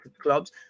clubs